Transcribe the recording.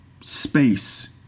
space